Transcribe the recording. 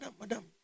madam